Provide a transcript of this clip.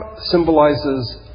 symbolizes